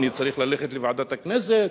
אני צריך ללכת לוועדת הכנסת,